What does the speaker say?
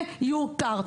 מיותר,